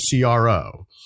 CRO